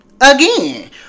again